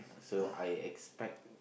so I expect